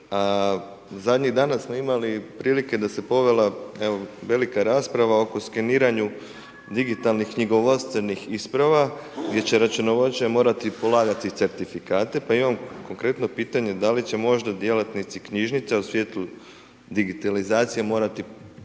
Zadnjih dana smo imali prilike da se povela, evo, velika rasprava oko skeniranju digitalnih knjigovodstvenih isprava gdje će računovođe morati polagati certifikate, pa imam konkretno pitanje, da li će možda djelatnici knjižnica u svjetlu digitalizacije morati polagati